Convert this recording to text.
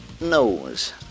knows